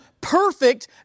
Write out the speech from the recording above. perfect